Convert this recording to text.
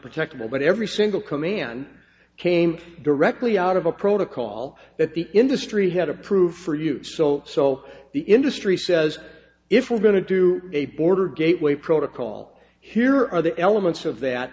protected but every single command came directly out of a protocol that the industry had approved for use oh so the industry says if we're going to do a border gateway protocol here are the elements of that